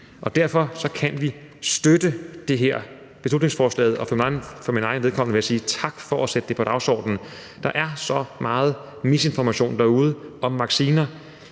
og derfor kan vi støtte det her beslutningsforslag. For mit eget vedkommende vil jeg sige tak for at sætte det på dagsordenen. Der er så meget misinformation derude om vacciner.